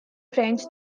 french